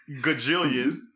Gajillions